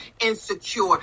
insecure